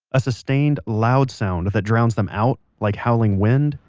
a sustained, loud sound that drowns them out, like howling wind,